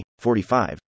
45